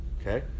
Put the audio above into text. okay